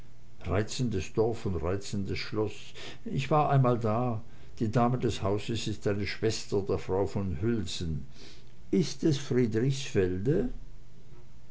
reizendes dorf und reizendes schloß ich war einmal da die dame des hauses ist eine schwester der frau von hülsen ist es friedrichsfelde